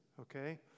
okay